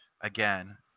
again